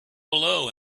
below